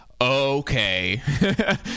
okay